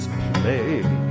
play